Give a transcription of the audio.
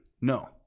No